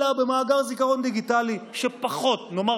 אלא במאגר זיכרון דיגיטלי שנאמר,